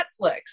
Netflix